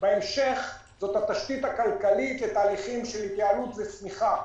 בהמשך זאת התשתית הכלכלית לתהליכים של התייעלות וצמיחה.